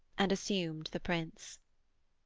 and assumed the prince.